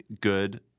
good